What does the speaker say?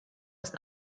ist